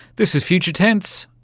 this is future tense,